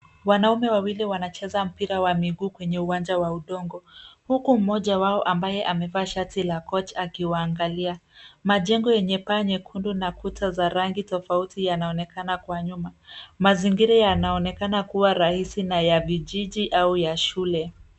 Wanaume wawili wanacheza mpira wa miguu kwenye uwanja wa udongo huku mmoja wao ambaye amevaa shati la coach akiwaangalia. Majengo yenye paa nyekundu na kuta za rangi tofauti yanaonekana kwa nyuma. Mazingira yanaonekana kuwa rahisi na ya vijiji au ya shule.